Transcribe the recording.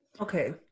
Okay